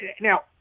Now